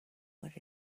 what